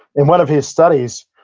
in one of his studies,